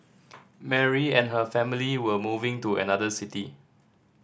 Mary and her family were moving to another city